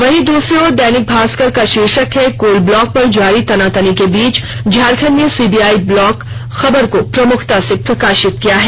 वहीं दूसरी ओर दैनिक भास्कर का शीर्षक है कोल ब्लॉक पर जारी तनातनी के बीच झारखंड में सीबीआई ब्लॉक खबर को प्रमुखता से प्रकाशित किया है